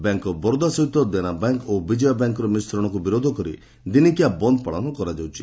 bank of Baroda ସହିତ Dena bank ଓ ବିଜୟା ବ୍ୟାଙ୍କର ମିଶ୍ରଣକୁ ବିରୋଧ କରି ଦିନିକିଆ ବନ୍ଦ ପାଳନ କରାଯାଉଛି